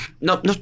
No